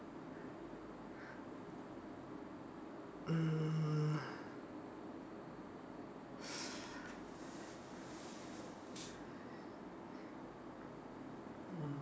mm